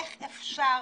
איך אפשר